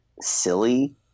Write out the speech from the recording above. silly